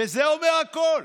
וזה אומר הכול.